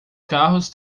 carros